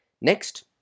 Next